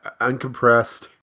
uncompressed